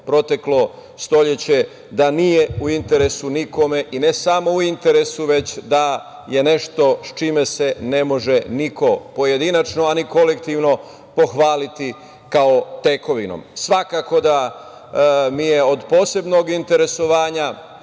proteklo stoleće nije u interesu nikome i ne samo u interesu, već da je nešto čime se ne može niko pojedinačno, a ni kolektivno, pohvaliti kao tekovinom. Svakako da mi je od posebnog interesovanja